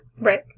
Right